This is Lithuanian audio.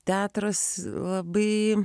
teatras labai